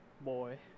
Boy